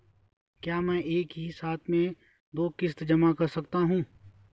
क्या मैं एक ही साथ में दो किश्त जमा कर सकता हूँ?